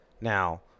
Now